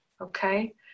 okay